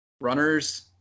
runners